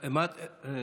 סליחה,